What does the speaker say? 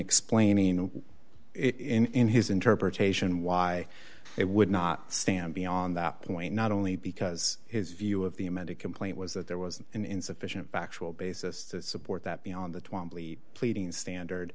explaining in his interpretation why it would not stand beyond that point not only because his view of the amount of complaint was that there was an insufficient backchannel basis to support that beyond the twelve pleading standard